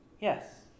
yes